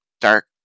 dark